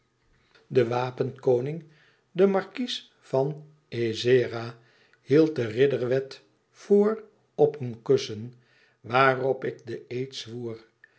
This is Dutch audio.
de wapenkoning de markies van ezzera hield de ridderwet voor op een kussen waarop ik den